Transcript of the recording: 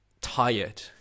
tired